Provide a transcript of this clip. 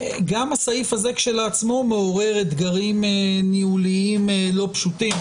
גם הוא מעורר אתגרים ניהוליים לא פשוטים.